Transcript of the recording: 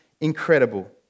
incredible